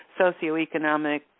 socioeconomic